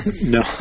No